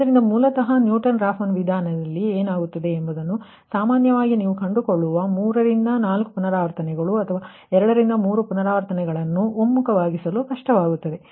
ಆದ್ದರಿಂದ ಮೂಲತಃ Newton Raphson ವಿಧಾನಕ್ಕೆ ಏನಾಗುತ್ತದೆ ಎಂಬುದು ಸಾಮಾನ್ಯವಾಗಿ ನೀವು ಕಂಡುಕೊಳ್ಳುವ 3 ರಿಂದ 4 ಪುನರಾವರ್ತನೆಗಳು 2 ರಿಂದ 3 ಪುನರಾವರ್ತನೆಗಳನ್ನು ಸಹ ಒಮ್ಮುಖವಾಗಿಸಲು ಕಷ್ಟವಾಗುತ್ತದೆ